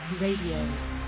Radio